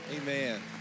Amen